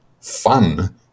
fun